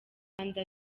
rwanda